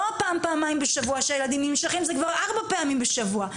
פעם-פעמיים בשבוע הילדים ננשכים אלא כבר ארבע פעמים בשבוע.